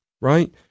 right